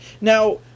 Now